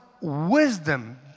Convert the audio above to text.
wisdom